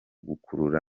gukurura